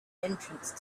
entrance